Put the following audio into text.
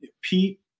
Pete